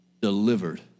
delivered